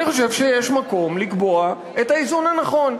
אני חושב שיש מקום לקבוע את האיזון הנכון.